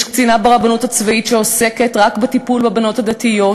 יש קצינה ברבנות הצבאית שעוסקת רק בטיפול בבנות הדתיות,